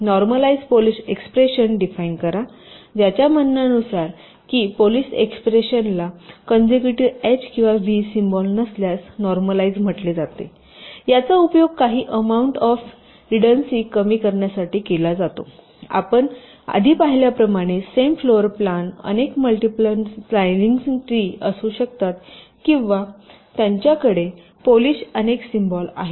normalise Polish expression define कराज्याच्या म्हणण्यानुसार की पॉलिश एक्स्प्रेशन ला कॉन्सिक्युटीव्ह एच किंवा व्ही सिम्बॉल नसल्यास नॉर्मलाईझ म्हटले जाते याचा उपयोग काही अमाऊंट ऑफ रीडन्सी कमी करण्यासाठी केला जातो कारण आपण आधी पाहिल्याप्रमाणे सेम फ्लोर प्लॅन अनेक मल्टिपल स्लायसिन्ग ट्री असू शकतात किंवा त्यांच्याकडे पॉलिश अनेक सिम्बॉल आहेत